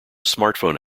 smartphone